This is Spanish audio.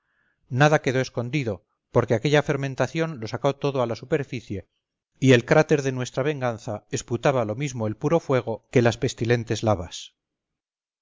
nada quedó escondido porque aquella fermentación lo sacó todo a la superficie y el cráter de nuestra venganza esputaba lo mismo el puro fuego que las pestilentes lavas